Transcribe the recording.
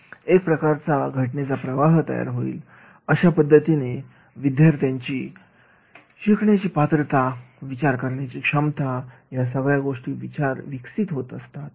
एक प्रकारचा घटनेचा प्रवाह निर्माण होईल अशा पद्धतीने विद्यार्थ्यांची शिकण्याची पात्रता विचार करण्याची क्षमता या सगळ्या गोष्टी विकसित होत असतात